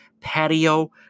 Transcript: patio